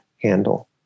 handle